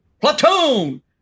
Platoon